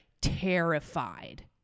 terrified